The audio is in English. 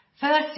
First